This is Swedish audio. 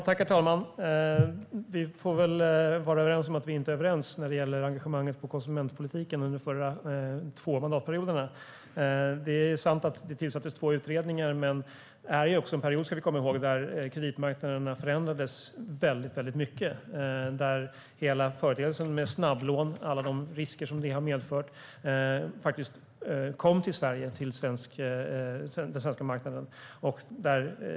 Herr talman! Vi får väl vara överens om att vi inte är överens när det gäller engagemanget för konsumentpolitiken under de två förra mandatperioderna. Det är sant att det tillsattes två utredningar, men vi ska komma ihåg att det var en period när kreditmarknaderna förändrades väldigt mycket. Det gäller hela företeelsen med snabblånen som kom till den svenska marknaden och alla de risker som dessa medförde.